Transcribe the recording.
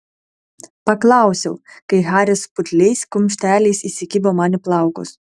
paklausiau kai haris putliais kumšteliais įsikibo man į plaukus